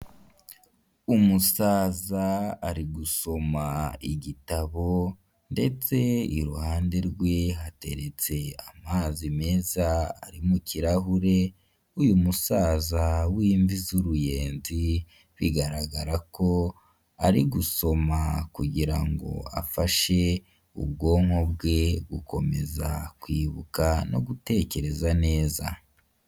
Umusaza ari gusoma igitabo ndetse iruhande rwe hateretse amazi meza ari mu kirahure uyu musaza w'imvi z'uruyenzi bigaragara ko ari gusoma kugira ngo afashe ubwonko bwe gukomeza kwibuka no gutekereza neza.